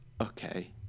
okay